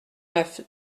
neuf